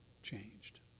changed